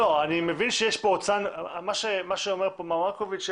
מה שאומר פה מר מרקוביץ',